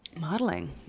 Modeling